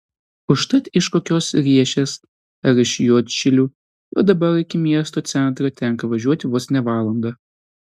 užtat iš kokios riešės ar iš juodšilių jau dabar iki miesto centro tenka važiuoti vos ne valandą